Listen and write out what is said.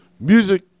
music